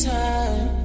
time